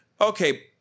Okay